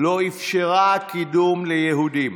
לא אפשרה קידום ליהודים.